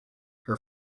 her